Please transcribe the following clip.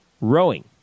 rowing